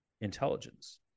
intelligence